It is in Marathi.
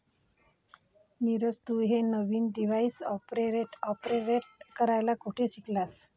नीरज, तू हे नवीन डिव्हाइस ऑपरेट करायला कुठे शिकलास?